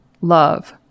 love